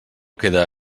queda